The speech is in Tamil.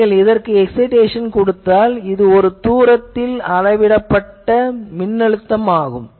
நீங்கள் இதற்கு எக்சைடேசன் கொடுத்தால் இதுவே ஒரு தூரத்தில் அளவிடப்பட்ட மின்னழுத்தம் ஆகும்